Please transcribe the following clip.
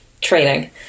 training